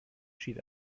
schied